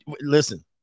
listen